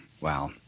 Wow